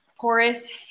porous